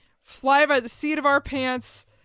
fly-by-the-seat-of-our-pants